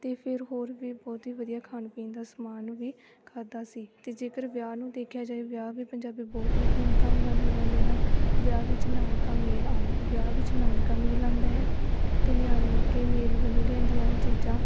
ਅਤੇ ਫਿਰ ਹੋਰ ਵੀ ਬਹੁਤ ਹੀ ਵਧੀਆ ਖਾਣ ਪੀਣ ਦਾ ਸਮਾਨ ਵੀ ਖਾਧਾ ਸੀ ਅਤੇ ਜੇਕਰ ਵਿਆਹ ਨੂੰ ਦੇਖਿਆ ਜਾਏ ਵਿਆਹ ਵੀ ਪੰਜਾਬੀ ਬਹੁਤ ਹੀ ਧੂਮ ਧਾਮ ਨਾਲ ਮਨਾਉਂਦੇ ਹਨ ਵਿਆਹ ਵਿੱਚ ਨਾਨਕਾ ਮੇਲ ਆ ਵਿਆਹ ਵਿੱਚ ਨਾਨਕਾ ਮੇਲ ਆਉਂਦਾ ਹੈ ਅਤੇ ਨਿਆਣਕੇ ਮੇਲ ਵੱਲੋਂ ਲਿਆਉਂਦੀਆਂ ਚੀਜ਼ਾਂ